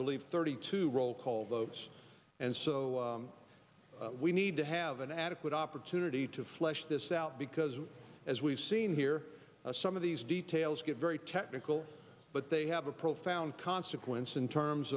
believe thirty two roll call votes and so we need to have an adequate opportunity to flesh this out because as we've seen here some of these details get very technical but they have a profound consequence in terms